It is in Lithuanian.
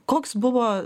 koks buvo